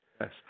Yes